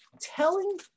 telling